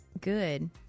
Good